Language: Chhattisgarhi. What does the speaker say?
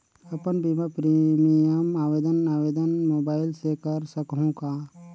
अपन बीमा प्रीमियम आवेदन आवेदन मोबाइल से कर सकहुं का?